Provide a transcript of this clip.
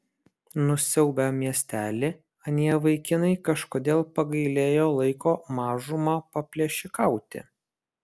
nusiaubę miestelį anie vaikinai kažkodėl pagailėjo laiko mažumą paplėšikauti